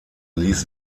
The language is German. ließ